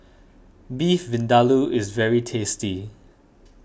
Beef Vindaloo is very tasty